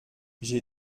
j’ai